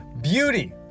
beauty